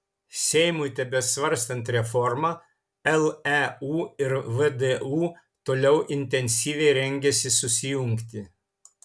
seimui tebesvarstant reformą leu ir vdu toliau intensyviai rengiasi susijungti